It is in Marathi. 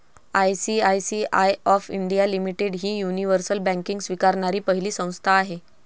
आय.सी.आय.सी.आय ऑफ इंडिया लिमिटेड ही युनिव्हर्सल बँकिंग स्वीकारणारी पहिली संस्था आहे